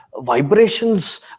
vibrations